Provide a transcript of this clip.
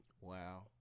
Wow